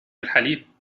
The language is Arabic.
الحليب